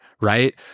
right